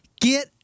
Get